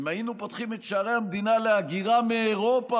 אם היינו פותחים את שערי המדינה להגירה מאירופה,